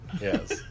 Yes